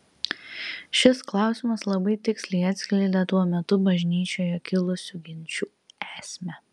šis klausimas labai tiksliai atskleidė tuo metu bažnyčioje kilusių ginčų esmę